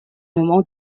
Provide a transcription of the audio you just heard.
moments